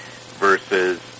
versus